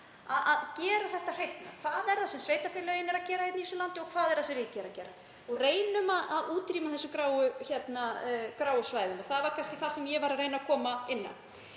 gera þetta hreinna. Hvað er það sem sveitarfélögin gera hér í þessu landi og hvað er það sem ríkið gerir? Reynum að útrýma gráu svæðunum. Þetta var kannski það sem ég var að reyna að koma inn á.